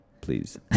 Please